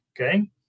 Okay